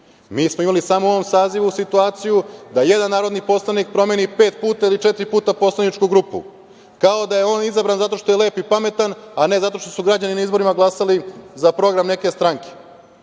smo imali samo u ovom sazivu situaciju da jedan narodni poslanik promeni četiri ili pet puta poslaničku grupu, kao da je on izabran zato što je lep i pametan, a ne zato što su građani na izborima glasali za program neke stranke,